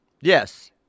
Yes